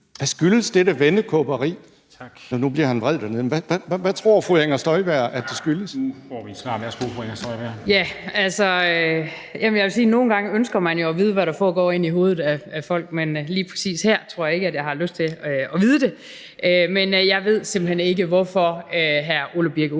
fru Inger Støjberg. Kl. 15:53 Inger Støjberg (V): Jamen jeg vil sige, at nogle gange ønsker man jo at vide, hvad der foregår inde i hovedet på folk, men lige præcis her tror jeg ikke, at jeg har lyst til at vide det. Men jeg ved simpelt hen ikke, hvorfor hr. Ole Birk Olesen